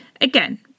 Again